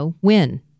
win